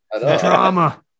drama